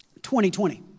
2020